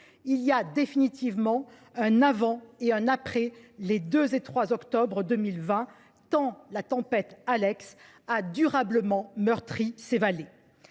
Il y a définitivement un avant et un après les 2 et 3 octobre 2020, tant cette tempête a durablement meurtri ces vallées.